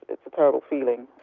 it's a terrible feeling.